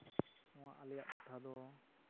ᱱᱚᱣᱟ ᱟᱞᱮᱭᱟᱜ ᱴᱚᱴᱷᱟ ᱫᱚ